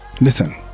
Listen